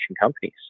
companies